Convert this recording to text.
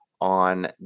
on